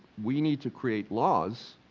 we need to create laws,